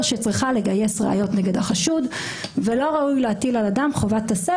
שצריכה לגייס ראיות נגד החשוד ולא ראוי להטיל על אדם חובת עשה,